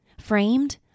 framed